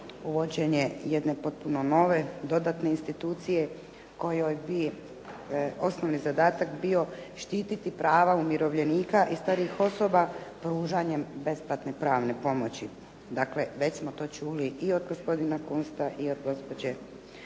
uvođenje jedne potpuno nove, dodatne institucije kojoj bi osnovni zadatak bio štititi prava umirovljenika i starijih osoba pružanjem besplatne pravne pomoći. Dakle, već smo to čuli i od gospodina Kunsta i od gospođe